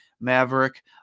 Maverick